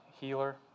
healer